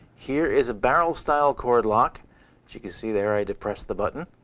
here is a barrel-style cord lock. as you can see there, i depress the button,